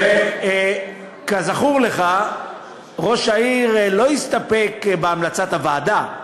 כזכור לך, ראש העיר לא הסתפק בהמלצת הוועדה,